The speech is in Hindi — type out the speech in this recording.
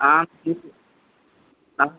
आम की आम